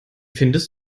findest